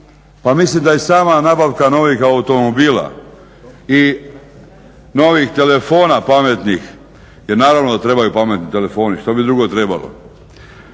Pa mislim da i sama nabavka novih automobila i novih telefona pametnih, jer naravno da trebaju pametni telefoni, što bi drugo trebalo